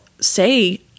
say